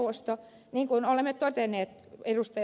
niin kuin olemme todenneet ed